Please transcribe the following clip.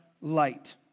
light